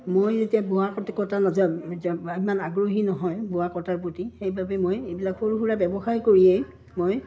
মই এতিয়া বোৱা কটা নাজানো ইমান আগ্ৰহী নহয় বোৱা কটাৰ প্ৰতি সেইবাবে মই এইবিলাক সৰু সুৰা ব্যৱসায় কৰিয়েই মই